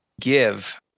give